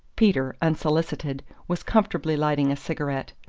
peter, unsolicited, was comfortably lighting a cigarette.